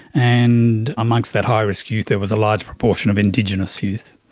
and amongst that high risk youth there was a large proportion of indigenous youth,